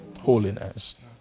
holiness